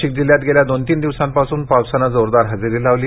नाशिक जिल्ह्यात गेल्या दोन तीन दिवसांपासून पावसाने जोरदार हजेरी लावली